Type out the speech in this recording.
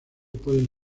pueden